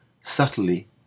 subtly